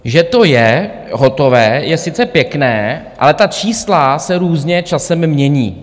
Že to je hotové, je sice pěkné, ale ta čísla se různě časem mění.